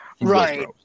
Right